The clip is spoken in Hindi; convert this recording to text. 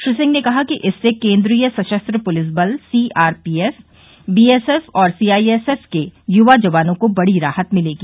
श्री सिंह ने कहा कि इससे केंद्रीय सशस्त्र पूलिस बल सीआरपीएफ बीएसएफ और सीआईएसएफ के युवा जवानों को बड़ी राहत मिलेगी